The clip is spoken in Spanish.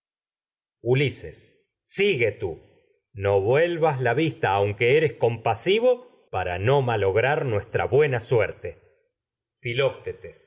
ulises sigue tú no vuelvas la vista compasivo para filoctetes malograr nuestra buena suerte